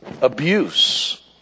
abuse